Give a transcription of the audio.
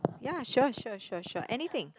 ya sure sure sure sure anything